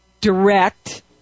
direct